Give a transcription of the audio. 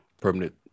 permanent